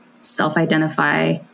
self-identify